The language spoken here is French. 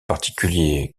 particulier